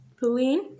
Pauline